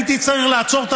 הייתי צריך לעצור את